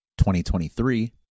2023